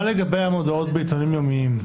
מה לגבי מודעות בעיתונים יומיים?